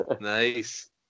Nice